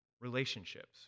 Relationships